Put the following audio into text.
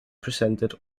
presented